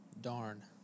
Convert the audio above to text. Darn